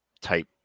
type